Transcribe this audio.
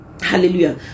Hallelujah